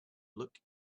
look